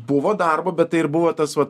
buvo darbo bet tai ir buvo tas vat